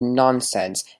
nonsense